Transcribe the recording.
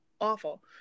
awful